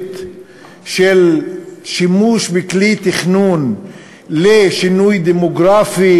של שימוש בכלי תכנון לשינוי דמוגרפי.